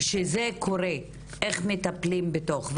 כזה קורה איך מטפלים בזה בתוך המערכת?